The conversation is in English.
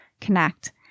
connect